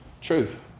truth